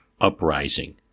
uprising